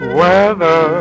Weather